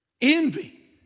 Envy